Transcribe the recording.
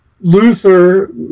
Luther